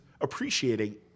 appreciating